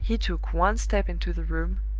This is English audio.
he took one step into the room,